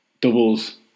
doubles